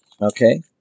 Okay